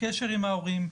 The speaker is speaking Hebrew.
קשר עם ההורים,